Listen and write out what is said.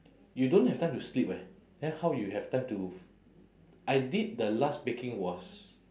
you don't have time to sleep eh then how you have time to I did the last baking was